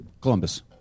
Columbus